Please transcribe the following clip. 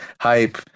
hype